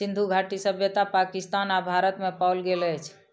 सिंधु घाटी सभ्यता पाकिस्तान आ भारत में पाओल गेल अछि